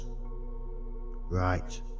right